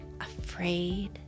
afraid